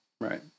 right